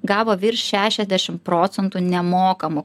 gavo virš šešiasdešim procentų nemokamų